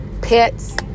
pets